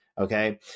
okay